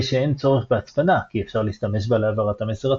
שאין צורך בהצפנה כי אפשר להשתמש בה להעברת המסר עצמו,